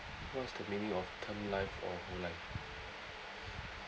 what's the meaning of term life or life